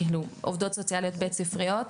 עובדות סוציאליות בית ספריות,